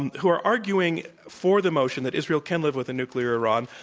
and who are arguing for the motion that israel can live with a nuclear iran.